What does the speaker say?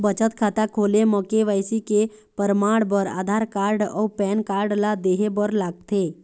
बचत खाता खोले म के.वाइ.सी के परमाण बर आधार कार्ड अउ पैन कार्ड ला देहे बर लागथे